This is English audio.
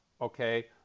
okay